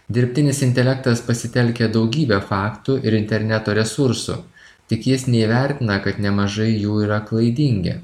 dirbtinis intelektas pasitelkia daugybę faktų ir interneto resursų tik jis neįvertina kad nemažai jų yra klaidingi